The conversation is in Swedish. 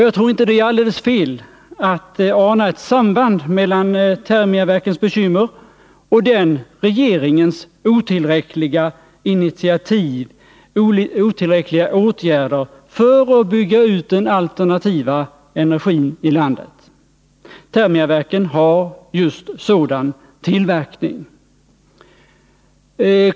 Jag tror inte att det är helt fel att ana ett samband mellan Thermia-Verkens bekymmer och regeringens otillräckliga åtgärder i fråga om utbyggnaden av den alternativa energin i landet — Thermia-Verken har just sådan tillverkning.